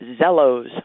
Zellos